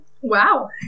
Wow